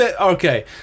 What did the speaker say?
Okay